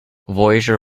voyager